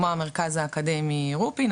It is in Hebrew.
כמו המרכז האקדמי רופין,